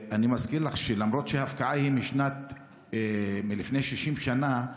אני מזכיר לך שלמרות שהפקעה היא מלפני 60 שנה,